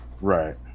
right